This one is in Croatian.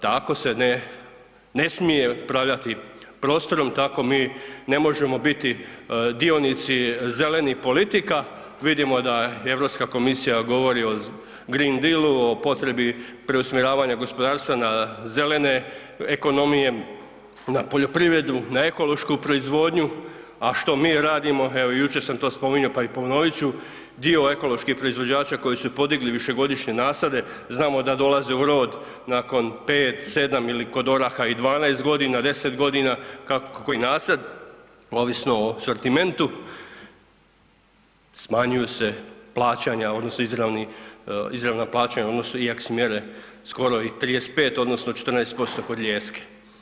Tako se ne smije upravljati prostorom, tako mi ne možemo biti dionici zelenih politika, vidimo da Europska komisija govori o green dealu, o potrebi preusmjeravanja gospodarstva na zelene ekonomije, na poljoprivredu, na ekološku proizvodnju, a što mi radimo, evo jučer sam to spominjao, pa i ponovit ću, dio ekoloških proizvođača koji su podigli višegodišnje nasade, znamoda dolaze u rod nakon 5, 7 ili kod oraha i 12 g., 10 g., kako koji nasad, ovisno o sortimentu, smanjuju se plaćanja, odnosno izravna plaćanja iako su mjere skoro i 35 odnosno 14% kod lijeske.